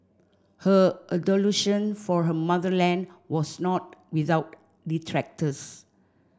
her adulation for her motherland was not without detractors